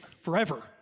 forever